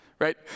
Right